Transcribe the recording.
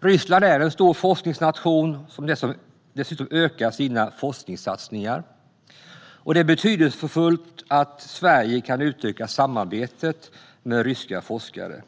Ryssland är en stor forskningsnation, som dessutom ökar sina forskningssatsningar. Det är betydelsefullt för Sverige att utöka samarbetet med ryska forskare.